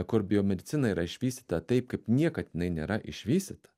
kur biomedicina yra išvystyta taip kaip niekad jinai nėra išvystyta